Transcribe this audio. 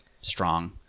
strong